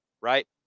right